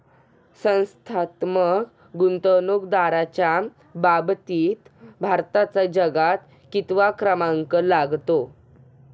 संस्थात्मक गुंतवणूकदारांच्या बाबतीत भारताचा जगात कितवा क्रमांक लागतो?